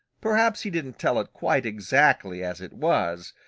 perhaps he didn't tell it quite exactly as it was,